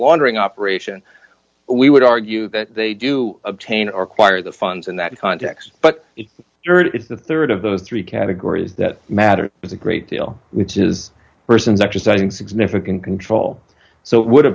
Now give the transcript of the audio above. laundering operation we would argue that they do obtain or quire the funds in that context but it is the rd of those three categories that matter is a great deal which is persons exercising significant control so would a